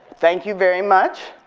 thank you very much.